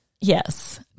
Yes